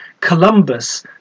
Columbus